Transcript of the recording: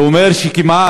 זה אומר שכמעט